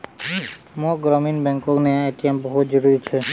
मोक ग्रामीण बैंकोक नया ए.टी.एम बहुत जरूरी छे